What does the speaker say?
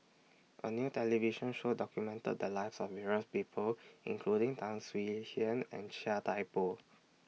A New television Show documented The Lives of various People including Tan Swie Hian and Chia Thye Poh